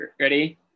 ready